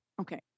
Okay